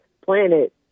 planet